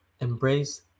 embrace